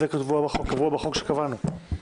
זה קבוע בחוק שקבענו.